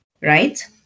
right